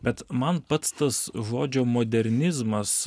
bet man pats tas žodžio modernizmas